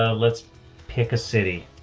ah let's pick a city.